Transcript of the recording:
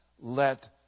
let